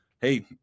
hey